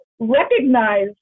recognize